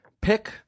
pick